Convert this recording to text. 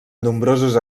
nombrosos